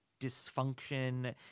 dysfunction